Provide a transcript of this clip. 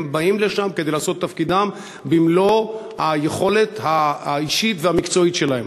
הם באים לשם כדי לעשות את תפקידם במלוא היכולת האישית והמקצועית שלהם.